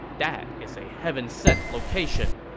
that is a heaven-sent location.